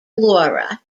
laura